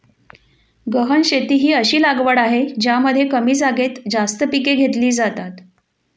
गहन शेती ही अशी लागवड आहे ज्यामध्ये कमी जागेत जास्त पिके घेतली जातात